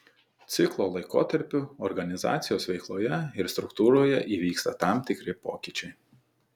ciklo laikotarpiu organizacijos veikloje ir struktūroje įvyksta tam tikri pokyčiai